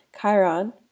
Chiron